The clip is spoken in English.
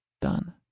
done